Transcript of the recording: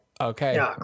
Okay